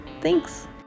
thanks